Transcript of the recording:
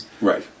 Right